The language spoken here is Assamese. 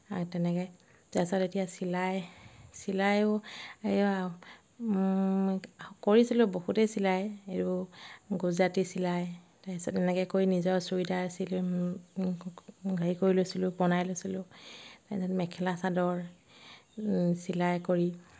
আ তেনেকৈ তাৰপিছত এতিয়া চিলাই চিলাইও ও কৰিছিলোঁ বহুতেই চিলাই এইবোৰ গুজৰাটী চিলাই তাৰপিছত এনেকৈ কৰি নিজৰ চুইডাৰ চিলি হেৰি কৰি লৈছিলোঁ বনাই লৈছিলোঁ তাৰপিছত মেখেলা চাদৰ ও চিলাই কৰি